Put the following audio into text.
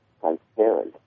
transparent